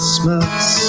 Christmas